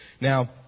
Now